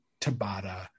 Tabata